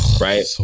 Right